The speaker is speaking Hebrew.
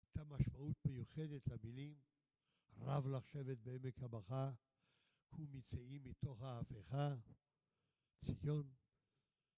הייתה משמעות מיוחדת למילים, "רב לך שבת בעמק הבכה", ומציעים מתוך ההפכה, ציון.